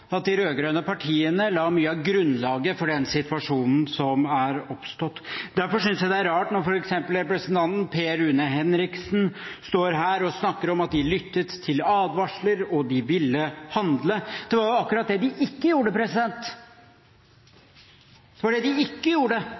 at de rød-grønne partiene la mye av grunnlaget for den situasjonen som er oppstått. Derfor synes jeg det er rart når f.eks. representanten Per Rune Henriksen står her og snakker om at de lyttet til advarsler, og de ville handle. Det var akkurat det de ikke gjorde. Det var det de ikke gjorde